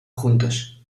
juntos